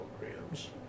programs